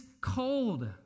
cold